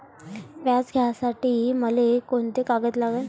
व्याज घ्यासाठी मले कोंते कागद लागन?